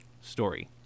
story